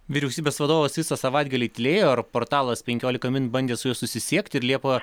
vyriausybės vadovas visą savaitgalį tylėjo portalas penkiolika min bandė su juo susisiekti ir liepa